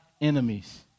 enemies